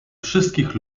wszystkich